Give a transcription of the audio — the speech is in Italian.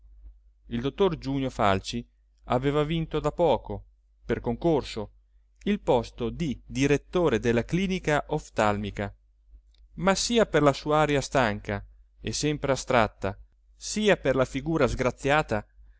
il dottor giunio falci aveva vinto da poco per concorso il posto di direttore della clinica oftalmica ma sia per la sua aria stanca e sempre astratta sia per la figura sgraziata